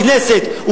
בכנסת,